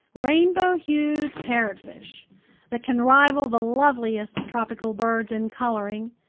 rainbow-hued parrotfish that can rival the loveliest tropical birds in coloring,